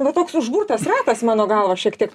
nu toks užburtas ratas mano galva šiek tiek